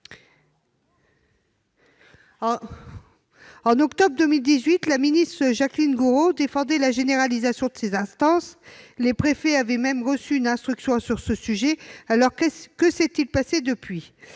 En octobre 2018, la ministre Jacqueline Gourault défendait la généralisation de ces instances, les préfets ayant même reçu une instruction sur ce sujet. Que s'est-il passé depuis ?